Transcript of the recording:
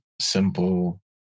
simple